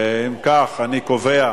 אם כך, אני קובע